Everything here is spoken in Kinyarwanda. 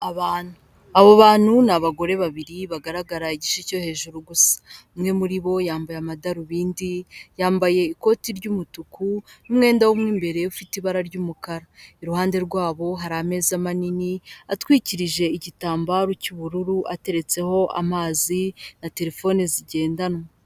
Abantu, abo bantu ni abagore babiri bagaragara igice cyo hejuru gusa, umwe muri bo yambaye amadarubindi, yambaye ikoti ry'umutuku, n’umwenda w’imbere ufite ibara ry'umukara, iruhande rwabo hari ameza manini atwikirije igitambaro cy'ubururu ateretseho amazi na terefone zigendanwa.